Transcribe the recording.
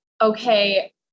okay